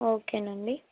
okay అండి